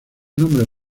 nombres